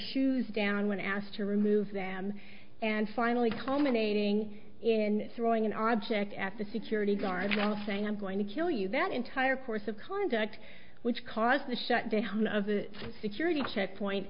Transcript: shoes down when asked to remove them and finally culminating in throwing an object at the security guard saying i'm going to kill you that entire course of conduct which caused the shutdown of the security check point